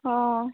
অঁ